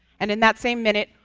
and in that same minute,